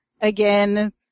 again